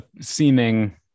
seeming